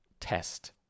test